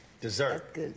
Dessert